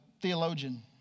theologian